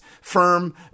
firm